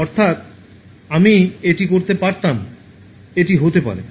অর্থ আমি এটি করতে পারতাম এটি হতে পারে